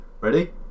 Ready